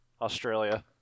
Australia